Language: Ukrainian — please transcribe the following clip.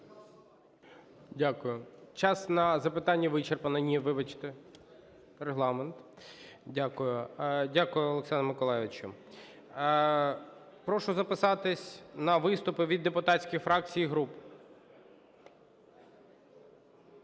Дякую. Час на запитання вичерпаний. Ні, вибачте, Регламент. Дякую. Дякую, Олександре Миколайовичу. Прошу записатися на виступи від депутатських фракцій і груп.